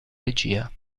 regia